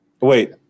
Wait